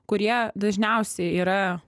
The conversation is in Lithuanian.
kurie dažniausiai yra